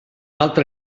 altre